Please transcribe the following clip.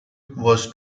was